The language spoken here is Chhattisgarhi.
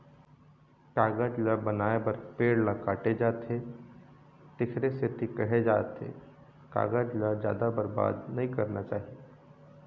कागज बनाए बर पेड़ ल काटे जाथे तेखरे सेती केहे जाथे कागज ल जादा बरबाद नइ करना चाही